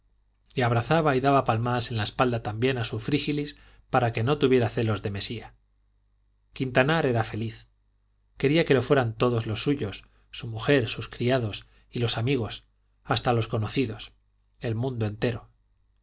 y abrazaba y daba palmadas en la espalda también a su frígilis para que no tuviera celos de mesía quintanar era feliz quería que lo fueran todos los suyos su mujer sus criados y los amigos hasta los conocidos el mundo entero